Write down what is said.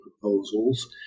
proposals